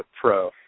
pro